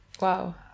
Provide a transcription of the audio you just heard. Wow